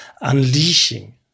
unleashing